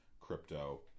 crypto